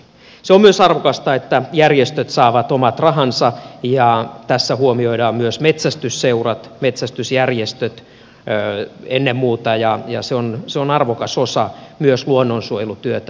se on myös arvokasta että järjestöt saavat omat rahansa ja tässä huomioidaan myös metsästysseurat metsästysjärjestöt ennen muuta ja se on arvokas osa myös luonnonsuojelutyötä